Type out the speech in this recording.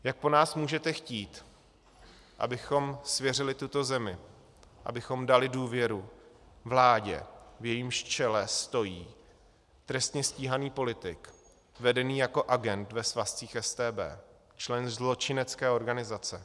Jak po nás můžete chtít, abychom svěřili tuto zemi, abychom dali důvěru vládě, v jejímž čele stojí trestně stíhaný politik vedený jako agent ve svazcích StB, člen zločinecké organizace?